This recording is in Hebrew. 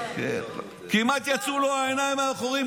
כמעט יצאו לו העיניים מהחורים.